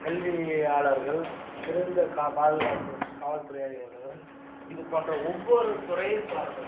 கல்வியாளர்கள் சிறந்த பாதுகாப்பு காவல்துறை அதிகாரிகள் இது போன்ற ஒவ்வொரு துறையை சார்ந்தவர்களுக்கும்